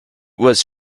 was